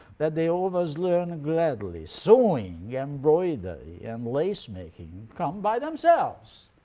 that they always learn gladly. sewing, yeah embroidery and lace making come by themselves.